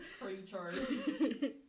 Creatures